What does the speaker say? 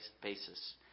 basis